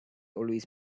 always